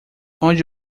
onde